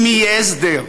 אם יהיה הסדר,